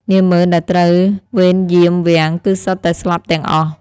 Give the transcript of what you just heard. នាហ្មឺនដែលត្រូវវេនយាមវាំងគឺសុទ្ធតែស្លាប់ទាំងអស់។